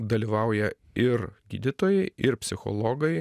dalyvauja ir gydytojai ir psichologai